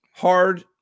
hard